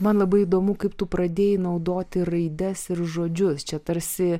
man labai įdomu kaip tu pradėjai naudoti raides ir žodžius čia tarsi